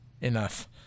Enough